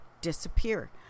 disappear